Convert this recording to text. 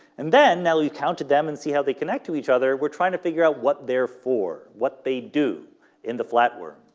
and then now you counted them and see how they connect to each other we're trying to figure out what they're for what they do in the flatworm.